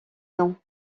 nom